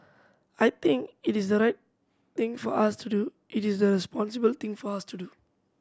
I think it is the right thing for us to do it is the responsible thing for us to do